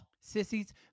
Sissies